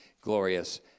glorious